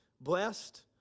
blessed